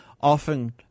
often